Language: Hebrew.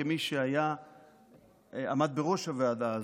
כמי שעמד בראש הוועדה הזאת,